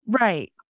Right